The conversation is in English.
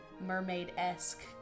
mermaid-esque